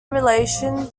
relation